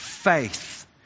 Faith